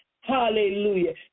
Hallelujah